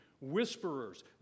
whisperers